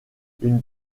une